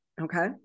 Okay